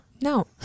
No